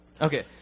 Okay